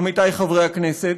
עמיתי חברי הכנסת,